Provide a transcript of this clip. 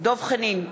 דב חנין,